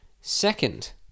second